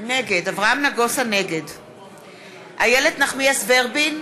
נגד איילת נחמיאס ורבין,